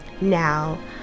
Now